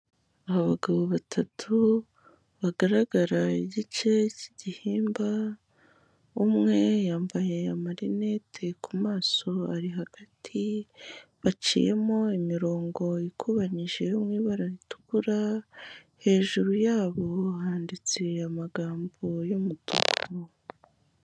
Abagabo batatu bagaragara igice cy'igihimba, umwe yambaye amarinete ku maso ari hagati, baciyemo imirongo ikubanyije yo mu ibara ritukura, hejuru yabo handitse amagambo y'umutuku.